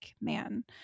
man